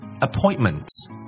appointments